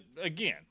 again